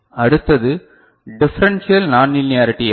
அடுத்தது differential nonlinearity error